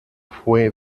fue